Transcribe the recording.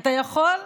אתה יכול?